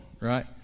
right